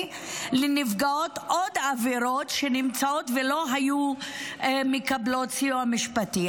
לנפגעות עוד עבירות שנמצאות ולא היו מקבלות סיוע משפטי,